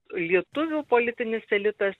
lietuvių politinis elitas